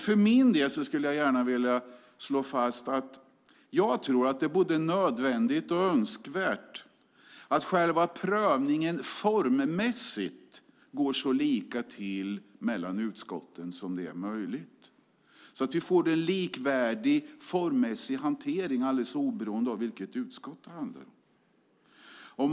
För min del skulle jag gärna vilja slå fast att jag tror att det är både nödvändigt och önskvärt att själva prövningen formmässigt går så lika till i de olika utskotten som det är möjligt, så att vi får en formmässigt likvärdig hantering oavsett vilket utskott det gäller.